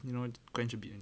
you know quench a bit